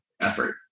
effort